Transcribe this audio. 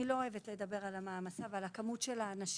אני לא אוהבת לדבר על המעמסה ועל כמות האנשים,